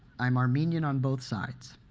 i'm armenian on both sides.